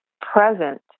present